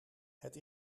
het